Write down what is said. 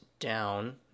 Down